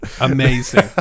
amazing